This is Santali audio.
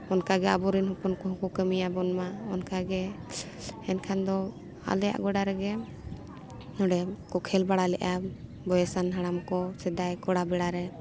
ᱚᱱᱠᱟᱜᱮ ᱟᱵᱚᱨᱮᱱ ᱦᱚᱯᱚᱱ ᱠᱚᱦᱚᱸ ᱠᱚ ᱠᱟᱹᱢᱤᱭᱟᱵᱚᱱ ᱢᱟ ᱚᱱᱠᱟ ᱜᱮ ᱮᱱᱠᱷᱟᱱ ᱫᱚ ᱟᱞᱮᱭᱟᱜ ᱜᱚᱰᱟ ᱨᱮᱜᱮ ᱱᱚᱰᱮ ᱠᱚ ᱠᱷᱮᱞ ᱵᱟᱲᱟ ᱞᱮᱜᱼᱟ ᱵᱚᱭᱮᱥᱟᱱ ᱦᱟᱲᱟᱢ ᱠᱚ ᱥᱮᱫᱟᱭ ᱠᱚᱲᱟ ᱵᱮᱲᱟ ᱨᱮ